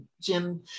Jim